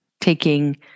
taking